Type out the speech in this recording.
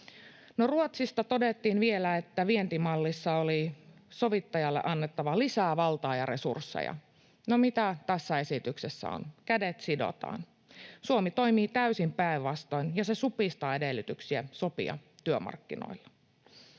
Ruotsista todettiin vielä, että vientimallissa oli sovittelijalle annettava lisää valtaa ja resursseja. No, mitä tässä esityksessä on? Kädet sidotaan. Suomi toimii täysin päinvastoin, ja se supistaa edellytyksiä sopia työmarkkinoilla.